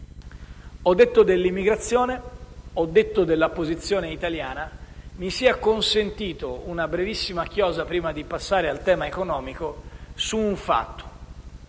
Ho parlato dell'immigrazione, della posizione italiana; mi sia consentita una brevissima chiosa, prima di passare al tema economico, su un fatto.